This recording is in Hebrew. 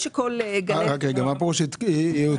מה פירוש יתעדכנו מיום הדיווחים?